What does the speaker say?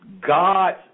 God